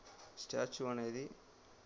statue అనేది